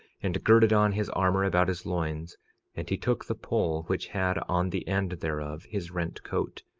and girded on his armor about his loins and he took the pole, which had on the end thereof his rent coat,